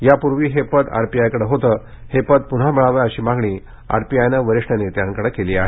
यापूर्वी हे पद आरपीआयकडे होत हे पद पुन्हा मिळावं अशी मागणी आरपीआयनं वरिष्ठ नेत्यांकडे केली आहे